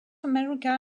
america